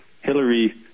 Hillary